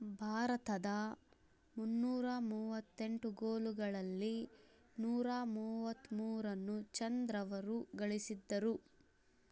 ಭಾರತದ ಮುನ್ನೂರ ಮೂವತ್ತೆಂಟು ಗೋಲುಗಳಲ್ಲಿ ನೂರ ಮೂವತ್ತ್ಮೂರನ್ನು ಚಂದ್ರವರು ಗಳಿಸಿದ್ದರು